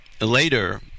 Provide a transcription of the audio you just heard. later